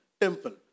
temple